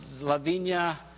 Lavinia